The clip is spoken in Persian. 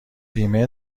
بیمه